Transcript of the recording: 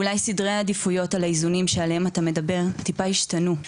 כי אולי סדרי העדיפויות על האיזונים שעליהם אתה מדבר טיפה ישתנו.